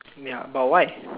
ya but why